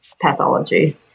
Pathology